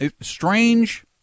strange